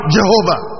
Jehovah